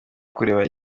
kureba